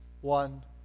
one